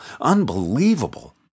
unbelievable